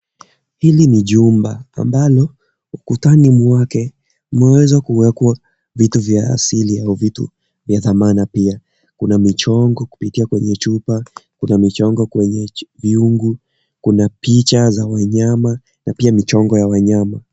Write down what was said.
Hili ni jumba ambalo ukutani mwake kumeweza kuwekwa vitu vya asili au vitu vya thamana pia, kuna michongo kupitia kwenye chupa kuna michongo kwenye vyungu, kuna picha za wanyama na pia michongo ya wanyama.